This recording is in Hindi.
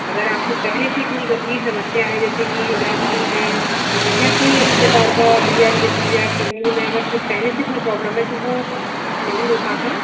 अगर आपको पहले से कोई गंभीर समस्या है जैसे कि डायबिटीज़ है या कोई अन्य प्रकार का या लीवर या किडनी में अगर से पहले से कोई प्रॉब्लम है तो वह नहीं हो पाता